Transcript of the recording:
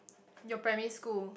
your primary school